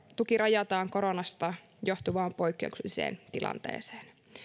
tuki rajataan koronasta johtuvaan poikkeukselliseen tilanteeseen